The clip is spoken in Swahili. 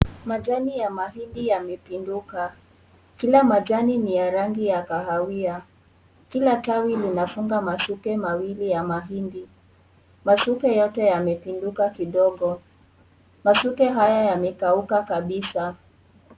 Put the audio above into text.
Majani ya mahindi yamepinduka. Kila majani ni ya rangi ya kahawia. Kila tawi linafunga masuke mawili ya mahindi. Masuke yote yamepinduka kidogo, masuke haya yamekauka kabisa.